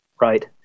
Right